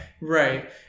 Right